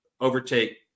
overtake